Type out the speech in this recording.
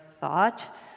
thought